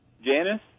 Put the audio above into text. Janice